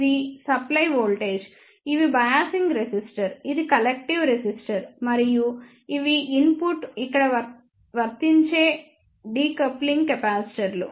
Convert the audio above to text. ఇది supply voltage ఇవి biasing resistor ఇది కలెక్టివ్ రెసిస్టర్ మరియు ఇవి ఇన్పుట్ ఇక్కడ వర్తించే డీకప్లింగ్ కెపాసిటర్లు